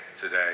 today